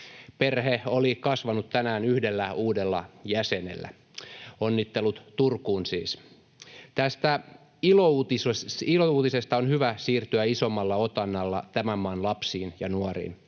perhe oli kasvanut tänään yhdellä uudella jäsenellä. Onnittelut Turkuun siis. Tästä ilouutisesta on hyvä siirtyä isommalla otannalla tämän maan lapsiin ja nuoriin.